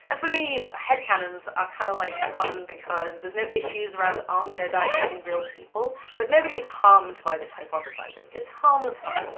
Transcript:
and for me headcanons are kind of, like, fun because there's no issues around armchair diagnosing real people, but nobody is harmed by this hypothesizing. it's harmless fun.